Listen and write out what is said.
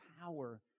power